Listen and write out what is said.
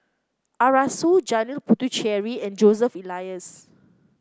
Arasu Janil Puthucheary and Joseph Elias